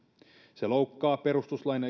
se loukkaa perustuslain